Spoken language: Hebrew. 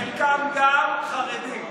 חלקם גם חרדים.